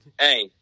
Hey